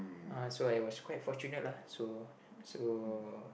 uh so I was quite fortunate lah so so